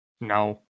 No